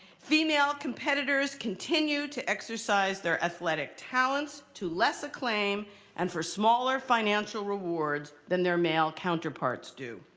female competitors continue to exercise their athletic talents to less acclaim and for smaller financial rewards than their male counterparts do.